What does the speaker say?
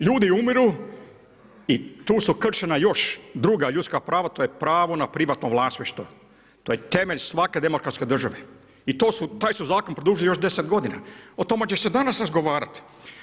Ljudi umiru i tu su kršena još i druga ljudska prava, to je pravo na privatno vlasništvo, to je temelj svake demokratske države i taj su zakon produžili još 10 godina. o tome će se danas razgovarati.